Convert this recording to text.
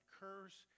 curse